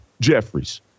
Jeffries